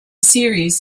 series